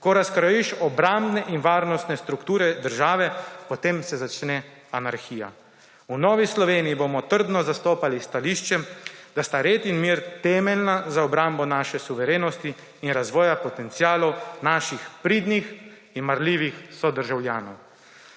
Ko razkrojiš obrambne in varnostne strukture države, potem se začne anarhija. V Novi Sloveniji bomo trdno zastopali stališče, da sta red in mir temeljna za obrambo naše suverenosti in razvoj potencialov naših pridnih in marljivih sodržavljanov.